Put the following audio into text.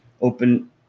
open